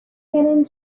canon